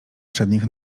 przednich